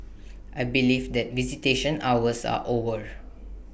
I believe that visitation hours are over